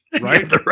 right